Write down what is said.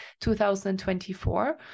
2024